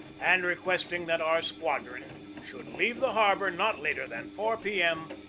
and requesting that our squadron should leave the harbor not later than four p. m,